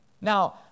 Now